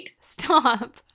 Stop